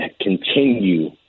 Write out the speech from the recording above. continue